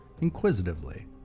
inquisitively